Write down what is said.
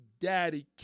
Daddy